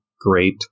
Great